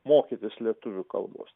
mokytis lietuvių kalbos